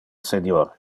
senior